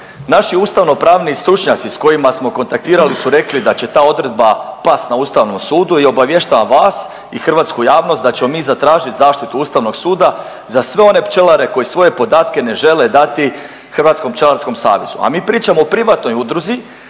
Naši ustavnopravni stručnjaci s kojima smo kontaktirali su rekli da će ta odredba past na ustavnom sudu i obavještavam vas i hrvatsku javnost da ćemo mi zatražit zaštitu ustavnog suda za sve one pčelare koji svoje podatke ne žele dati Hrvatskom pčelarskom savezu. A mi pričamo o privatnoj udruzi